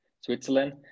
Switzerland